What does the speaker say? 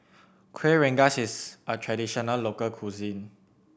Kuih Rengas is a traditional local cuisine